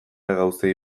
gauzei